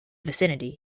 vicinity